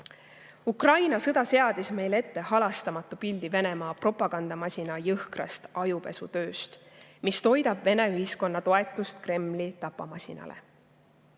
Ukraina sõda seadis meile ette halastamatu pildi Venemaa propagandamasina jõhkrast ajupesutööst, mis toidab Vene ühiskonna toetust Kremli tapamasinale.